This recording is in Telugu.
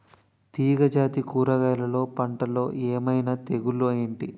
తీగ జాతి కూరగయల్లో పంటలు ఏమైన తెగులు ఏంటి?